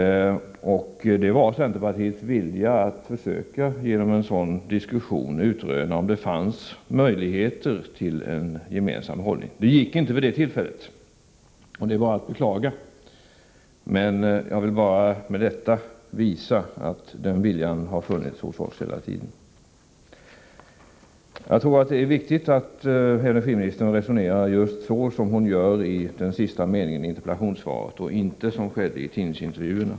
Det var centerpartiets vilja att genom en sådan diskussion försöka utröna om det fanns möjligheter till en gemensam hållning. Det gick inte vid det tillfället, och det är att beklaga. Med detta vill jag bara visa att den viljan har funnits hos oss hela tiden. Jag tror att det är viktigt att energiministern resonerar just så som hon gör i den sista meningen i interpellationssvaret och inte som i tidningsintervjuerna.